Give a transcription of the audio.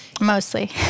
Mostly